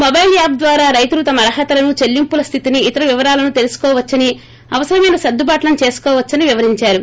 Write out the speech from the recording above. mobile app ద్వారా రైతులు తమ అర్హతలను చెల్లింపుల స్దితిని ఇతర వివరాలను తెలుసుకోవచ్చని అవసరమైన సర్దుబాట్లను దేసుకోవచ్చని వివరించారు